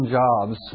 jobs